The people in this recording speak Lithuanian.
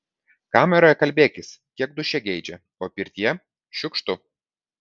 kameroje kalbėkis kiek dūšia geidžia o pirtyje šiukštu